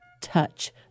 Touch